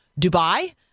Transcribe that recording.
Dubai